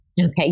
Okay